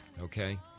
okay